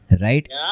right